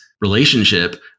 relationship